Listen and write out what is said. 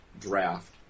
draft